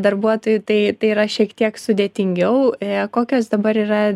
darbuotojų tai tai yra šiek tiek sudėtingiau ė kokios dabar yra